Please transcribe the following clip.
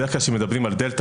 בדרך כלל כשמדברים על דלתא,